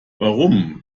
warum